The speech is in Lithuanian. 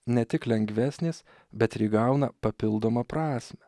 ne tik lengvesnės bet ir įgauna papildomą prasmę